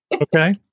Okay